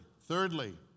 thirdly